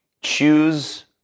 choose